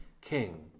King